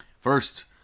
First